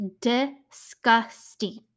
Disgusting